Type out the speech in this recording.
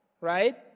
right